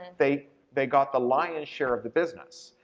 and they they got the lion's share of the business.